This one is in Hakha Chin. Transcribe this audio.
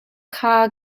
kha